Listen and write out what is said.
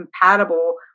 compatible